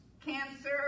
cancer